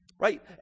Right